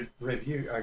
review